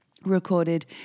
Recorded